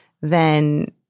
then-